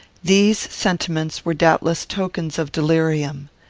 these sentiments were doubtless tokens of delirium.